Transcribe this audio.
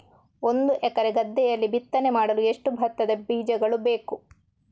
ಒಂದು ಎಕರೆ ಗದ್ದೆಯಲ್ಲಿ ಬಿತ್ತನೆ ಮಾಡಲು ಎಷ್ಟು ಭತ್ತದ ಬೀಜಗಳು ಬೇಕು?